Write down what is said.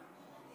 רבותיי,